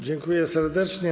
Dziękuję serdecznie.